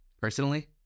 Personally